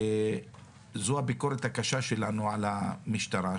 זו הביקורת הקשה שלנו על המשטרה,